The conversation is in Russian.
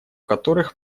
которых